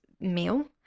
meal